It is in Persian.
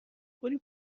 کنی